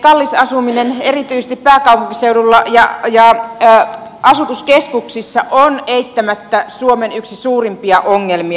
kallis asuminen erityisesti pääkaupunkiseudulla ja asutuskeskuksissa on eittämättä yksi suomen suurimpia ongelmia